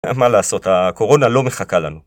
מה לעשות, הקורונה לא מחכה לנו.